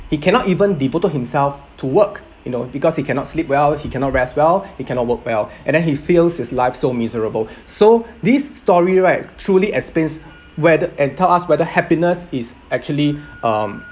he cannot even devoted himself to work you know because he cannot sleep well he cannot rest well he cannot work well and then he feels his life so miserable so this story right truly explains whether and tell us whether happiness is actually um